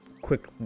quick